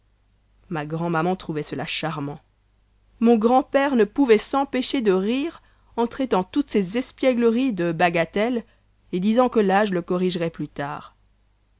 ma grand'maman trouvait cela charmant mon grand-père ne pouvait s'empêcher de rire en traitant toutes ses espiégleries de bagatelles et disant que l'âge le corrigerait plus tard